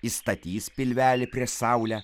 įstatys pilvelį prieš saulę